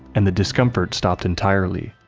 and the discomfort stopped entirely.